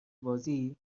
بازی